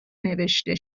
نوشته